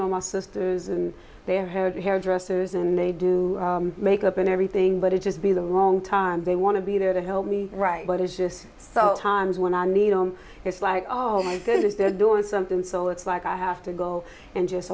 know my sisters and their head hairdressers and they do makeup and everything but it just be the wrong time they want to be there to help me right but it's just so times when i need them it's like oh my goodness they're doing something so it's like i have to go and just